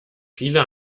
viele